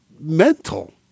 mental